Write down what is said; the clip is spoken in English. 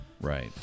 Right